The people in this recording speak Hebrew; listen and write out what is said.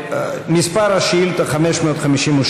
שאילתה מס' 552,